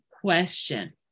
question